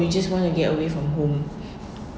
we just want to get away from home